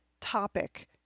topic